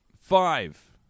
Five